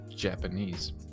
Japanese